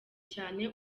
cyane